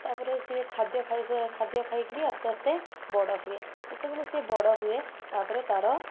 ତା'ପରେ ସିଏ ଖାଦ୍ୟ ଖାଇସା ଖାଦ୍ୟ ଖାଇକରି ଆସ୍ତେଆସ୍ତେ ବଡ଼ ହୁଏ ଯେତେବେଳେ ସେ ବଡ଼ ହୁଏ ତା'ପରେ ତା'ର